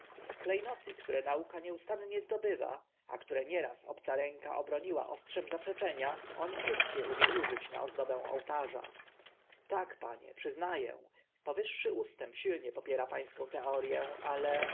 noty które nauka nieustannie zdobywa a które nieraz obca ręka obrobiła ostrzem zaprzeczenia on wszystkie umie użyć na ozdobę ołtarza tak panie przyzna ę powyższy ustęp silnie popiera pańską teorię ale